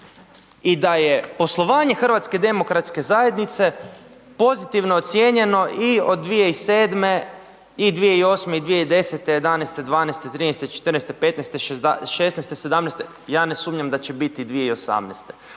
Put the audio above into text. i da je poslovanje HDZ-a pozitivno ocijenjeno i od 2007. i 2008 i 2010., 2011., 2012., 2013., 2014., 2015., 2016., 2017., ja ne sumnjam da će biti i 2018.,